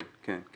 כן.